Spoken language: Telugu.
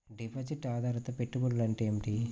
డిపాజిట్ ఆధారిత పెట్టుబడులు అంటే ఏమిటి?